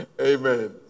Amen